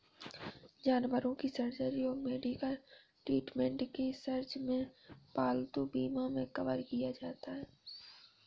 जानवरों की सर्जरी और मेडिकल ट्रीटमेंट के सर्च में पालतू बीमा मे कवर किया जाता है